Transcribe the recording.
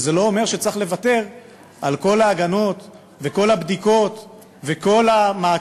זה לא אומר שצריך לוותר על כל ההגנות ועל כל הבדיקות ועל כל המעקב